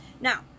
now